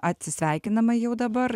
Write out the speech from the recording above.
atsisveikinama jau dabar